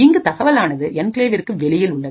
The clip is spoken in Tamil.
இங்கு தகவலானது என்கிளேவிற்குவெளியில் உள்ளது